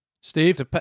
Steve